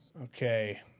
Okay